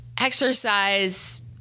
Exercise